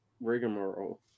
rigmarole